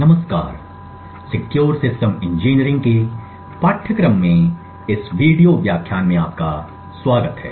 नमस्कार secure system engineering के पाठ्यक्रम में इस वीडियो व्याख्यान में आपका स्वागत है